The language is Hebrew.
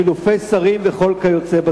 חילופי שרים וכל כיוצא בזה.